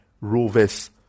Rovers